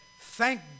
thank